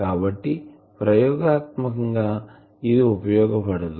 కాబట్టి ప్రయోగాత్మకం గా ఇది ఉపయోగ పడదు